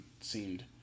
seemed